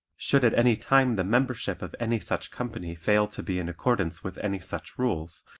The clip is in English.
should at any time the membership of any such company fail to be in accordance with any such rules,